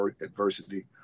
adversity